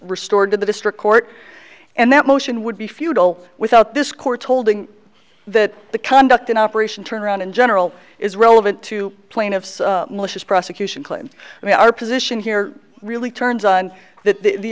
restored to the district court and that motion would be futile without this court's holding that the conduct an operation turnaround in general is relevant to plaintiff's malicious prosecution claim i mean our position here really turns on that the